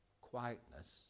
quietness